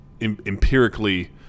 empirically